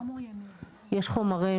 יש חומרים